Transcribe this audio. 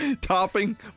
Topping